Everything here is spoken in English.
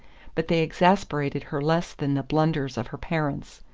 but they exasperated her less than the blunders of her parents.